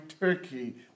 turkey